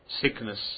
sickness